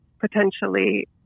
potentially